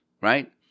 Right